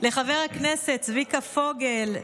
לחבר הכנסת צביקה פוגל,